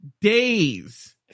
days